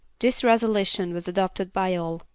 this resolution was adopted by all,